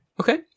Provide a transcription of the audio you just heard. Okay